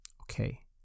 Okay